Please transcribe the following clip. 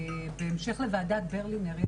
בהמשך לוועדת ברלינר,